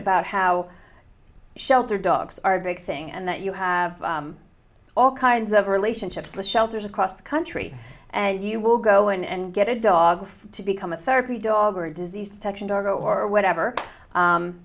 about how shelter dogs are a big thing and that you have all kinds of relationships with shelters across the country and you will go in and get a dog to become a therapy dog or disease section dog or whatever